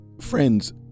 Friends